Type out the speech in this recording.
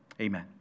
Amen